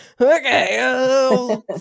okay